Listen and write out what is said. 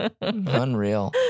unreal